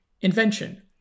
invention